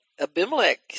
Abimelech